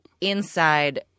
Inside